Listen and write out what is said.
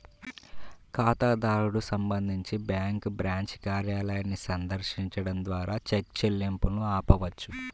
ఖాతాదారుడు సంబంధించి bank branch కార్యాలయాన్ని సందర్శించడం ద్వారా చెక్ చెల్లింపును ఆపవచ్చు